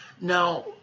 Now